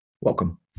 welcome